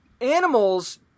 animals